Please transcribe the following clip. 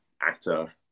actor